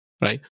right